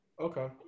Okay